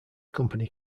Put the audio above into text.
company